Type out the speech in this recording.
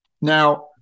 Now